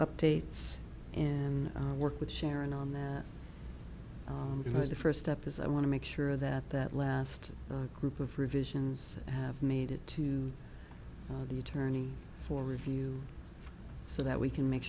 updates and work with sharon on that it was the first step is i want to make sure that that last group of revisions have made it to the attorney for review so that we can make